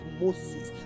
Moses